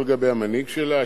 לא לגבי המנהיג שלה,